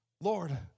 Lord